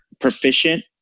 proficient